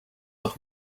noch